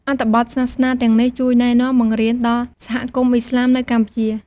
អត្ថបទសាសនាទាំងនេះជួយណែនាំ បង្រៀនដល់សហគមន៍អ៊ីស្លាមនៅកម្ពុជា។